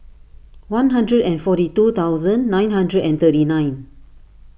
one hundred and forty two thousand nine hundred and thirty nine